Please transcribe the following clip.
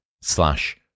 slash